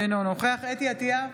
אינו נוכח חוה אתי עטייה,